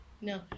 No